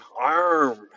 arm